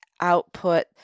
output